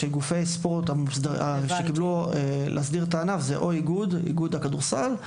גופי ספורט שמסדירים את הענף הם או איגוד איגוד הכדורסל,